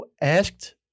asked